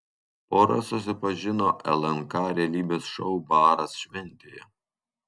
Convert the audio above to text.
pora susipažino lnk realybės šou baras šventėje